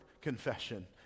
confession